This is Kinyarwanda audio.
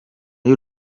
y’u